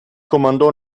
comandò